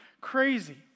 crazy